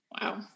Wow